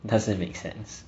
it doesn't make sense